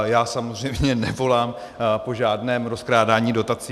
Já samozřejmě nevolám po žádném rozkrádání dotací.